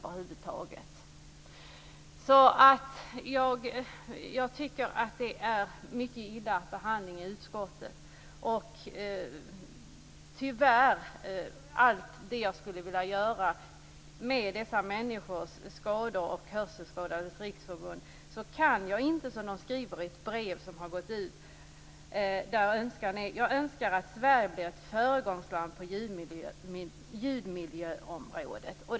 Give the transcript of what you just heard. Det har varit en dålig behandling av motionen i utskottet. Jag kan tyvärr inte göra allt det jag skulle vilja göra för dessa skadade människor och för Hörselskadades Riksförbund. I ett brev framkommer en önskan om att göra Sverige till ett föregångsland på ljudmiljöområdet.